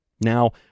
Now